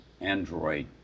Android